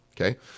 okay